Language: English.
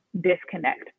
disconnect